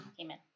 amen